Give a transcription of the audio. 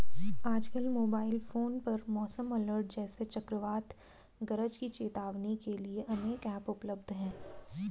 आजकल mobile phone पर मौसम अलर्ट जैसे चक्रवात गरज की चेतावनी के लिए अनेक ऐप उपलब्ध है